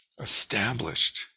established